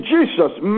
Jesus